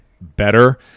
better